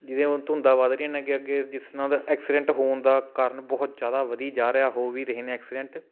ਜਿਵੇਂ ਹੁਣ ਧੁੰਦਾਂ ਵੱਧ ਰਹੀਆਂ ਨੇ ਅੱਗੇ ਅੱਗੇ ਜਿਸ ਨਾਲ ਐਕਸੀਡੈਂਟ ਹੋਣ ਦਾ ਕਾਰਨ ਬਹੁਤ ਜ਼ਿਆਦਾ ਵਧੀ ਜਾ ਰਿਹਾ ਹੋ ਵੀ ਰਹੇ ਨੇ ਐਕਸੀਡੈਂਟ